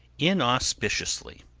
inauspiciously,